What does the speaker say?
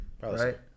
right